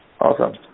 Awesome